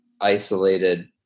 isolated